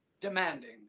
demanding